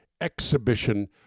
exhibition